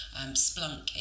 Splunk